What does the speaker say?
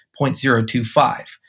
0.025